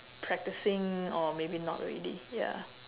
practicing or maybe not already ya